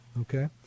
Okay